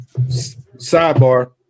sidebar